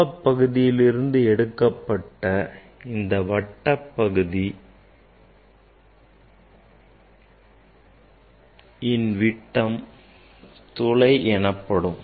கோளப்பகுதியிலிருந்து எடுக்கப்பட்ட இந்த வட்ட பகுதியின் விட்டம் துளை எனப்படும்